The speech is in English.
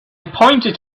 pointed